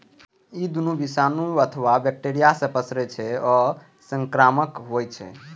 ई दुनू विषाणु अथवा बैक्टेरिया सं पसरै छै आ संक्रामक होइ छै